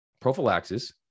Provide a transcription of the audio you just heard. prophylaxis